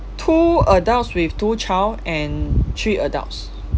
two adults with two child and three adults